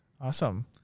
Awesome